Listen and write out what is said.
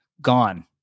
gone